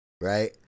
right